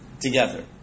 Together